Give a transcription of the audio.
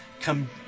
come